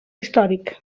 històric